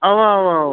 اَوا اَوا اَوا